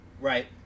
Right